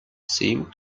seem